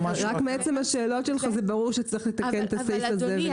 רק מעצם השאלות שלך זה ברור שצריך לתקן את הסעיף הזה.